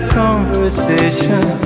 conversation